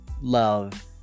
love